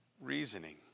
reasoning